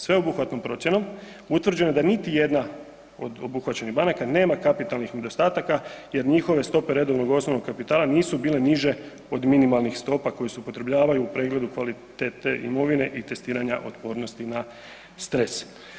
Sveobuhvatnom procjenom utvrđeno je da niti jedna od obuhvaćenih banaka nema kapitalnih nedostataka jer njihove stope redovnog osnovnog kapitala nisu bile niže od minimalnih stopa koja se upotrebljavaju u pregledu kvalitete imovine i testiranja otpornosti na stres.